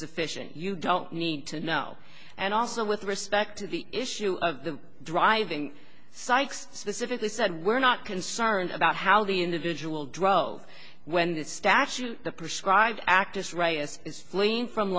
sufficient you don't need to know and also with respect to the issue of the driving psychs specifically said we're not concerned about how the individual drove when that statute the prescribed actus reyes is gleaned from